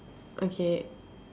okay